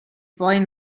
poi